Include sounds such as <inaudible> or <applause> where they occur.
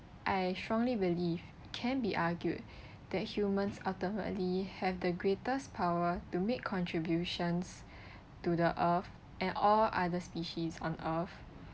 I strongly believe can be argued that humans ultimately have the greatest power to make contributions <breath> to the earth and all other species on earth